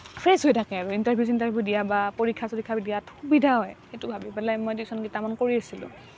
fresh হৈ থাকে আৰু ইণ্টাৰভিউ চিণ্টাৰভিউ দিয়াত পৰীক্ষা চৰীক্ষা দিয়াত সুবিধা হয় সেইটো ভাবি পেলাই মই টিউশ্যন কেইটামান কৰি আছিলোঁ